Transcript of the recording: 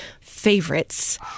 favorites